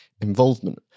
involvement